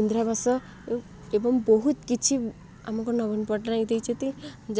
ଇନ୍ଦିରାବାସ ଏବଂ ବହୁତ କିଛି ଆମକୁ ନବୀନ ପଟ୍ଟନାୟକ ଦେଇଛନ୍ତି